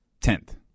tenth